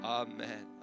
amen